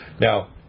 Now